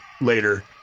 later